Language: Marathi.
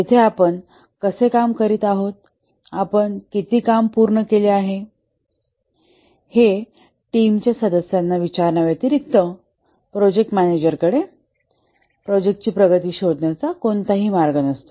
येथे आपण कसे काम करीत आहोत आपण किती काम पूर्ण केले आहे हे टीम च्या सदस्यांना विचारण्याव्यतिरिक्त प्रोजेक्ट मॅनेजर कडे प्रोजेक्ट ची प्रगती शोधण्याचा कोणताही मार्ग नसतो